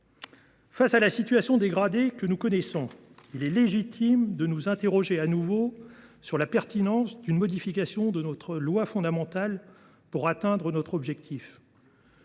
Face à la situation dégradée que nous connaissons, il est légitime de nous interroger de nouveau sur la pertinence d’une modification de notre loi fondamentale pour atteindre nos objectifs.